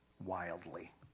wildly